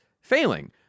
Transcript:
failing